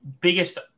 biggest